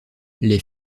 les